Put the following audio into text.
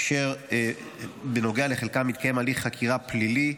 אשר בנוגע לחלקם מתקיים הליך חקירה פלילית.